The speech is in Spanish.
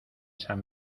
san